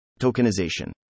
Tokenization